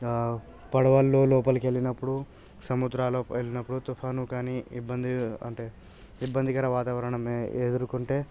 పడవల్లో లోపలికెళ్ళినప్పుడు సముద్రాలలో వెళ్ళినప్పుడు తుఫాను గానీ ఇబ్బంది అంటే ఇబ్బందికర వాతావరణమే ఎదుర్కొంటే